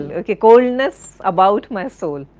and ok, coldness about my soul,